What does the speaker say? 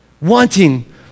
Wanting